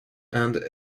and